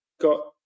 got